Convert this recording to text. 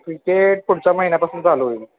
cricket पुढच्या महिन्यापासून चालू होईल